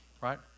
right